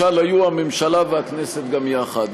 משל היו הממשלה והכנסת גם יחד,